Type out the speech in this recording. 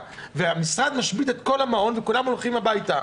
והמשרד משבית את כל המעון וכולם הולכים הביתה,